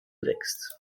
wächst